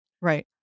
Right